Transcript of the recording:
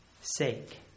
sake